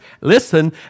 listen